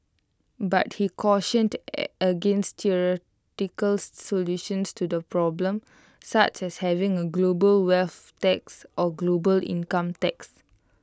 but he cautioned against theoretical solutions to the problem such as having A global wealth tax or global income tax